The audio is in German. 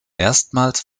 erstmals